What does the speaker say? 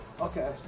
Okay